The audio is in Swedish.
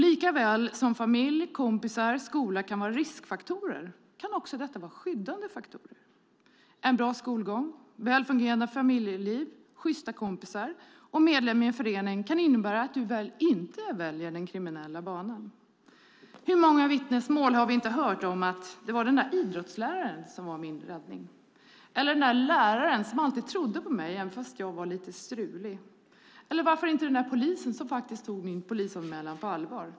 Likaväl som familj, kompisar och skola kan vara riskfaktorer kan de också vara skyddande faktorer. En bra skolgång, väl fungerande familjeliv, sjysta kompisar och medlemskap i en förening kan innebära att du inte väljer den kriminella banan. Hur många vittnesmål har vi inte hört om att det var den där idrottsläraren som var min räddning, eller den där läraren som alltid trodde på mig även om jag var lite strulig - eller varför inte den där polisen som faktiskt tog min polisanmälan på allvar.